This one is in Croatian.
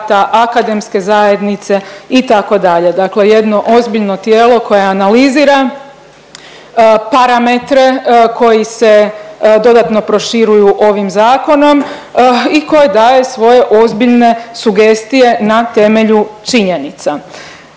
akademske zajednice itd., dakle jedno ozbiljno tijelo koje analizira parametre koji se dodatno proširuju ovim zakonom i koji daje svoje ozbiljne sugestije na temelju činjenica.